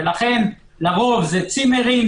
לכן לרוב זה צימרים,